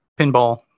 pinball